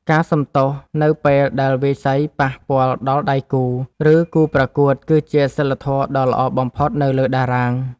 ការសុំទោសនៅពេលដែលវាយសីប៉ះពាល់ដល់ដៃគូ ឬគូប្រកួត គឺជាសីលធម៌ដ៏ល្អបំផុតនៅលើតារាង។